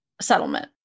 settlement